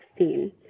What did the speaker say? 16